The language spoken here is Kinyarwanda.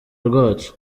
rwacu